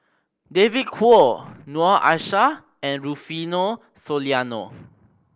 David Kwo Noor Aishah and Rufino Soliano